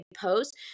post